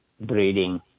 breeding